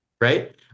right